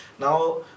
now